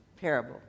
parable